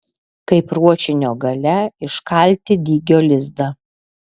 kaip ruošinio gale iškalti dygio lizdą